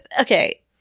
Okay